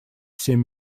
семь